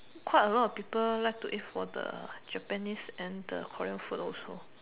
quite a lot of people like to eat for the Japanese and the Korean food also